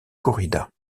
corridas